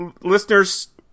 listeners